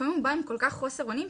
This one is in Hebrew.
לפעמים הוא בא עם כל כך חוסר אונים,